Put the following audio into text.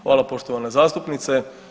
Hvala poštovana zastupnice.